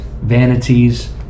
vanities